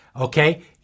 Okay